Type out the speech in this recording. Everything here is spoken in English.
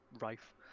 rife